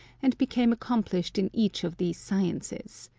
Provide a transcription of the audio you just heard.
and became accomplished in each of these sciences.